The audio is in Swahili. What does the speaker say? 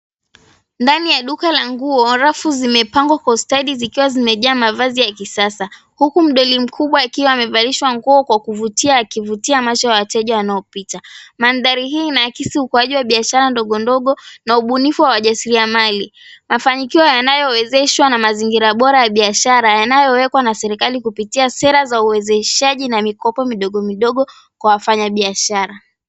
Ndani ya duka la nguo, rafu zimepangwa kwa ustadi zikiwa zimejaa mavazi ya kisasa huku mdoli mkubwa akiwa amevalishwa kwa kuvutia akivutia macho ya wateja wanaopita. Mandhari hii inaakisi ukuaji wa biashara ndogondogo na ubunifu wa wajasiliamali, mafanyikio yanayowezeshwa na mazingira bora ya biashara yanayowekwa na serikali kupitia sera za uwezeshaji na mikopo midogo midogo kwa wafanyabiashara.